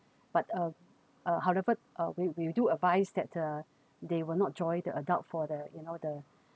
but uh uh however uh we we do advise that uh they will not join the adult for the you know the